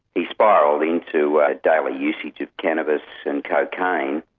he spiralled into daily usage of cannabis and cocaine,